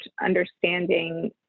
understanding